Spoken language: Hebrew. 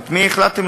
חוק-יסוד,